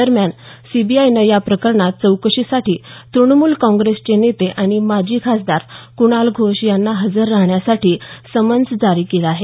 दरम्यान सीबीआयनं या प्रकरणात चौकशीसाठी तृणमूल काँग्रेसचे नेते आणि माजी खासदार कुणाल घोष यांना हजर राहण्यासाठी समन्स जारी केलं आहे